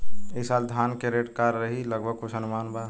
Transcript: ई साल धान के रेट का रही लगभग कुछ अनुमान बा?